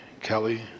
Kelly